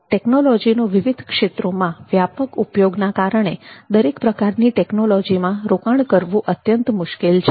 ટેકનોલોજીનો વિવિધ ક્ષેત્રોમાં વ્યાપક ઉપયોગના કારણે દરેક પ્રકારની ટેકનોલોજી માં રોકાણ કરવું અત્યંત મુશ્કેલ છે